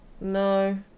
No